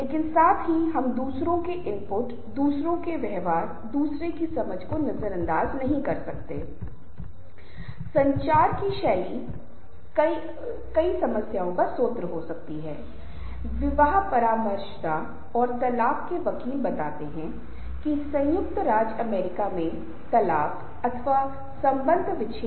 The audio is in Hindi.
इसलिए अगर हम एक समूह में हैं और लोग दूसरों के लिए किसी प्रकार का संबंध और सहिष्णुता नहीं समझ पा रहे हैं तो यह बहुत मुश्किल हो जाता है और लोग बहुत असुरक्षित महसूस करेंगे और उस तरह का उत्साह नहीं पाएंगे इस तरह का आगे बढ़ने और एक समूह में काम करने का उत्साह नहीं पाएंगे